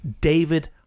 David